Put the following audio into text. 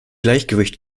gleichgewicht